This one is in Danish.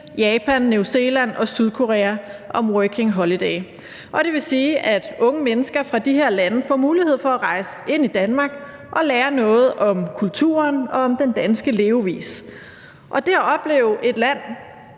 Japan, New Zealand og Sydkorea, om Working Holiday. Det vil sige, at unge mennesker fra de her lande får mulighed for at rejse ind i Danmark og lære noget om kulturen og om den danske levevis. Og det at opleve et land